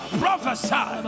prophesy